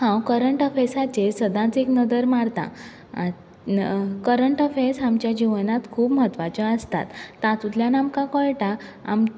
हांव करंट अफॅसाचेर सदांच एक नदर मारतां आत न करंट अफॅर्स आमच्या जिवनात खूब म्हत्वाच्यो आसतात तातुतल्यान आमकां कळटा आम